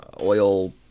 Oil